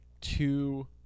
two